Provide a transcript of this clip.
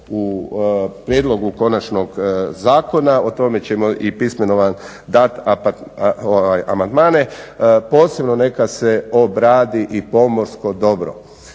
u prijedlogu konačnog zakona o tome ćemo i pismeno vam dati amandmane. Posebno neka se obradi i pomorsko dobro